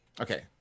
okay